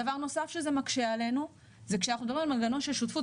דבר נוסף שמקשה עלינו זה שכשאנחנו מדברים על מנגנון של שותפות,